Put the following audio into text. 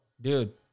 dude